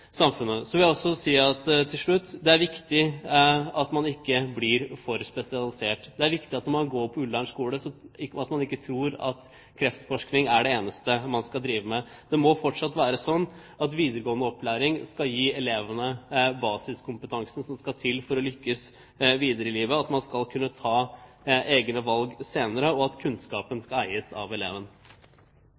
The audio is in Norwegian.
samfunnet. Så vil jeg til slutt si at det er viktig at man ikke blir for spesialisert. Det er viktig at man, når man går på Ullern skole, ikke tror at kreftforskning er det eneste man skal drive med. Det må fortsatt være sånn at videregående opplæring skal gi elevene basiskompetansen som skal til for å lykkes videre i livet, at man skal kunne ta egne valg senere, og at kunnskapen skal eies av eleven.